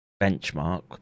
benchmark